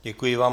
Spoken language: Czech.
Děkuji vám.